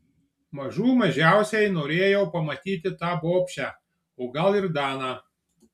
mažų mažiausiai norėjau pamatyti tą bobšę o gal ir daną